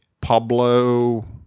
Pablo